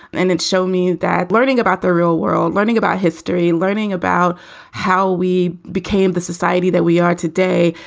and it showed me that learning about the real world, learning about history, learning about how we became the society that we are today,